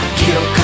kill